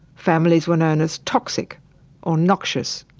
families were known as toxic or noxious.